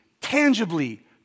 Tangibly